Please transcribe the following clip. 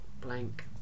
blank